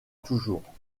toujours